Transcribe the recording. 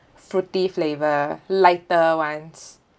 fruity flavour lighter ones